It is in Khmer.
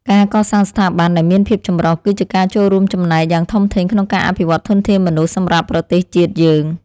ការកសាងស្ថាប័នដែលមានភាពចម្រុះ គឺជាការចូលរួមចំណែកយ៉ាងធំធេងក្នុងការអភិវឌ្ឍធនធានមនុស្សសម្រាប់ប្រទេសជាតិយើង។